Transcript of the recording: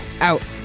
Out